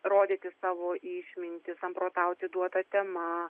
rodyti savo išmintį samprotauti duota tema